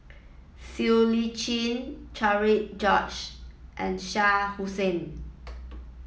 Siow Lee Chin Cherian George and Shah Hussain